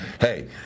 hey